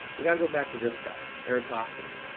we got to go back to this guy eratosthenes,